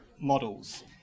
models